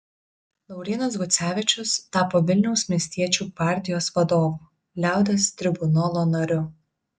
laurynas gucevičius tapo vilniaus miestiečių gvardijos vadovu liaudies tribunolo nariu